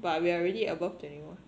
but we're already above twenty-one